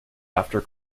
after